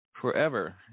forever